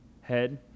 Head